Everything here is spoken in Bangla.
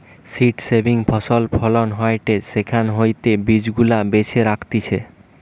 সীড সেভিং ফসল ফলন হয়টে সেখান হইতে বীজ গুলা বেছে রাখতিছে